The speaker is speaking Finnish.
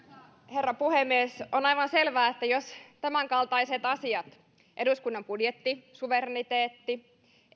herra puhemies on aivan selvää että jos tämänkaltaiset asiat eduskunnan budjettisuvereniteetti